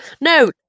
No